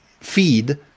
feed